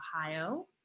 Ohio